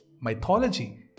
mythology